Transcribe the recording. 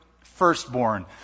firstborn